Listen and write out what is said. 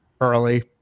early